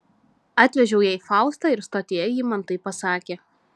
atvežiau jai faustą ir stotyje ji man tai pasakė